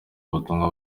ubutumwa